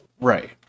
Right